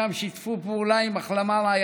שם הם שיתפו פעולה עם אחלמה רעייתי,